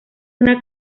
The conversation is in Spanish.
una